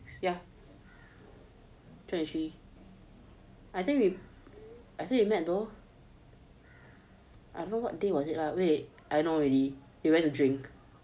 yeah twenty three I think I think we met though I don't know what day was it lah wait I know already we went to drink